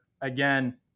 again